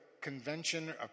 convention